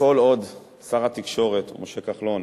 כל עוד שר התקשורת הוא משה כחלון